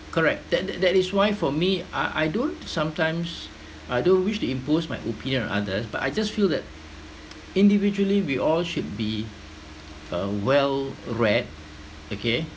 correct that that that is why for me I I don't sometimes I don't wish to impose my opinion on others but I just feel that individually we all should be uh well read okay